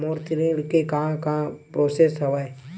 मोर ऋण के का का प्रोसेस हवय?